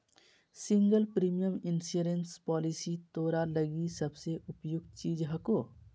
single premium insurance policy तोरा लगी सबसे उपयुक्त चीज हको